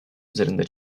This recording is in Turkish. üzerinde